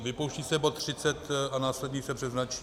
vypouští se bod 30 a následně se přeznačí.